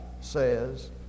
says